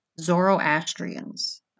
Zoroastrians